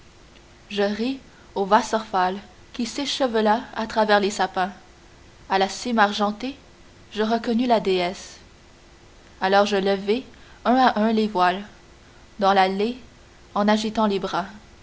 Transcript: ris au wasserfall qui s'échevela à travers les sapins à la cime argentée je reconnus la déesse alors je levai un à un les voiles dans l'allée en agitant les bras